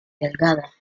delgada